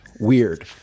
weird